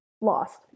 lost